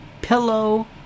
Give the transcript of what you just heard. pillow